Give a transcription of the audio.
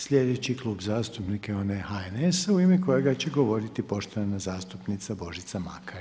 Sljedeći klub zastupnika je onaj HNS-a u ime kojega će govoriti poštovana zastupnica Božica Makar.